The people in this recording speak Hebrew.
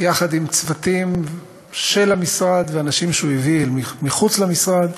יחד עם צוותים של המשרד ואנשים שהוא הביא מחוץ למשרד,